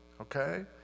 okay